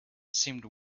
seemed